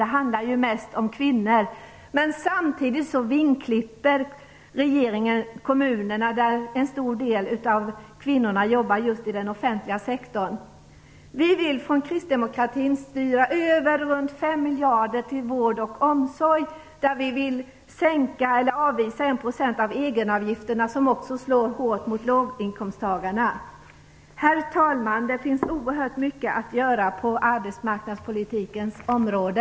Det handlar ju mest om kvinnor. Men regeringen vingklipper kommunerna, där en stor del av kvinnorna jobbar i just den offentliga sektorn. Vi kristdemokrater vill styra över runt 5 miljarder till vård och omsorg och avvisar förslaget om 1 % av egenavgifterna som slår hårt mot låginkomsttagarna. Herr talman! Det finns oerhört mycket att göra på arbetsmarknadspolitikens område.